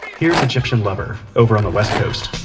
here's egyptian lover, over on the west coast